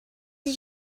did